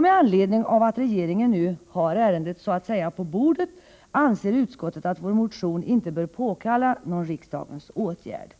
Med anledning av att regeringen nu har ärendet så att säga på bordet anser utskottet att vår motion inte bör påkalla någon riksdagens åtgärd.